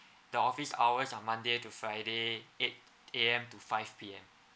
the office hours are monday to friday eight A_M to five P_M